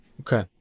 Okay